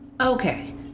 Okay